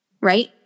right